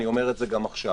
אני אומר את זה גם עכשיו.